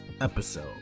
episode